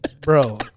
Bro